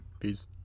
Peace